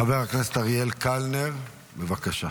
חבר הכנסת אריאל קלנר, בבקשה.